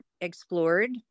explored